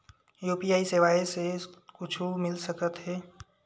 UPI सेवाएं से कुछु मिल सकत हे?